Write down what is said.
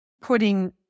putting